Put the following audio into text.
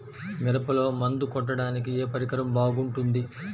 మిరపలో మందు కొట్టాడానికి ఏ పరికరం బాగుంటుంది?